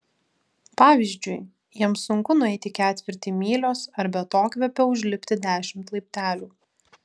pavyzdžiui jiems sunku nueiti ketvirtį mylios ar be atokvėpio užlipti dešimt laiptelių